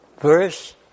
verse